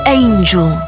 angel